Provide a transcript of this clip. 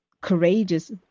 courageous